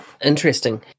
Interesting